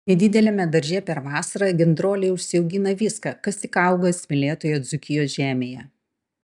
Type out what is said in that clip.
nedideliame darže per vasarą gendroliai užsiaugina viską kas tik auga smėlėtoje dzūkijos žemėje